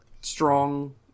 strong